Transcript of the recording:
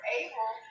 able